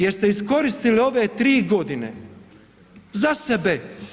Jer ste iskoristili ove tri godine za sebe.